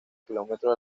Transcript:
kilómetros